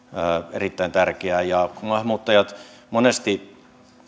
erittäin tärkeää maahanmuuttajat monesti